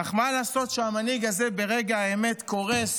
אך מה לעשות שהמנהיג הזה ברגע האמת קורס,